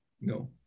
No